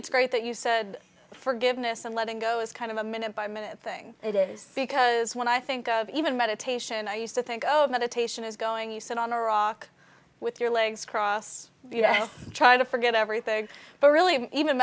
it's great that you said forgiveness and letting go is kind of a minute by minute thing it is because when i think of even meditation i used to think oh meditation is going you sit on a rock with your legs crossed trying to forget everything but really even